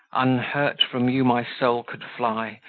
unhurt from you my soul could fly,